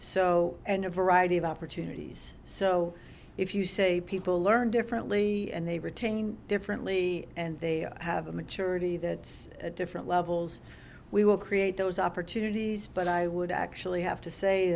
so and a variety of opportunities so if you say people learn differently and they retain differently and they have a maturity that's at different levels we will create those opportunities but i would actually have to say